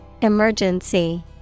Emergency